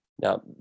Now